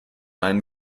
einen